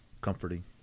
comforting